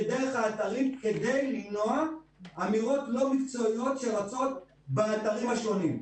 ודרך האתרים כדי למנוע אמירות לא מקצועיות שרצות באתרים השונים.